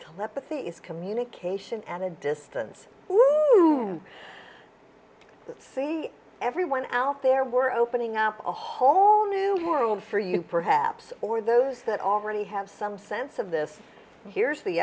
is communication at a distance you see everyone out there we're opening up a whole new world for you perhaps or those that already have some sense of this here's the